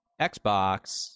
Xbox